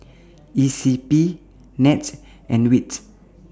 E C P Nets and WITS